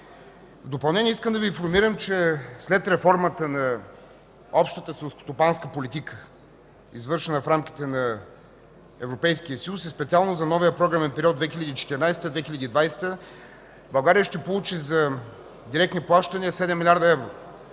В допълнение, искам да Ви информирам, че след реформата на Общата селскостопанска политика, извършвана в рамките на Европейския съюз и специално за новия програмен период 2014 – 2020 г., България ще получи за директни плащания 7 млрд. евро,